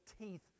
teeth